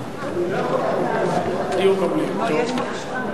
אני לא יכול להציע משהו אחר.